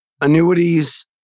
annuities